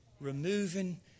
removing